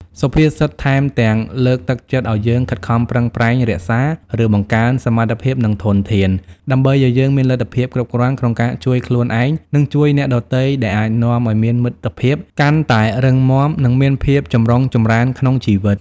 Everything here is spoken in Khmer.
សុភាសិតថែមទាំងលើកទឹកចិត្តឱ្យយើងខិតខំប្រឹងប្រែងរក្សា ឬបង្កើនសមត្ថភាព និងធនធាន ដើម្បីឱ្យយើងមានលទ្ធភាពគ្រប់គ្រាន់ក្នុងការជួយខ្លួនឯង និងជួយអ្នកដទៃ ដែលអាចនាំឱ្យមានមិត្តភាពកាន់តែរឹងមាំ និងមានភាពចម្រុងចម្រើនក្នុងជីវិត។